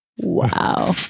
Wow